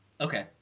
Okay